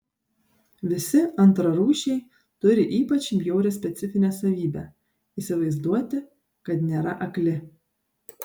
visi antrarūšiai turi ypač bjaurią specifinę savybę įsivaizduoti kad nėra akli